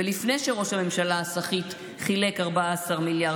ולפני שראש הממשלה הסחיט חילק 14 מיליארד